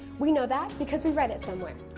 we know that because we read it somewhere.